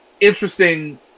interesting